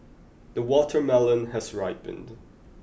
the watermelon has ripened